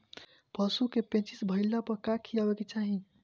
पशु क पेचिश भईला पर का खियावे के चाहीं?